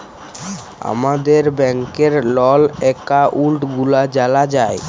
আমাদের ব্যাংকের লল একাউল্ট গুলা জালা যায়